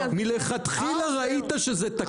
מלכתחילה ראית שזה תקין?